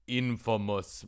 infamous